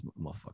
motherfucker